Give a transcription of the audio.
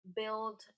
build